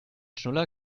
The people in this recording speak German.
schnuller